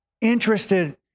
interested